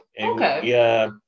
Okay